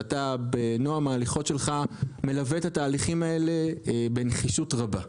שבנועם ההליכות שלך אתה מלווה את התהליכים האלה בנחישות רבה.